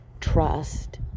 Trust